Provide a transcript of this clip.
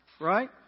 right